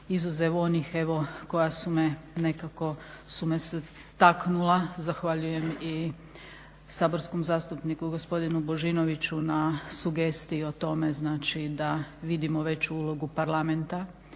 izuzev onih koja su me nekako taknula, zahvaljujem i saborskom zastupniku gospodinu Božinoviću na sugestiji o tome da vidimo veću ulogu Parlamenta